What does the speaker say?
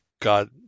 God